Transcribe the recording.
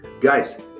guys